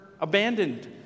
abandoned